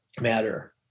matter